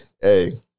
Hey